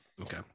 Okay